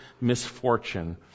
misfortune